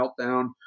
meltdown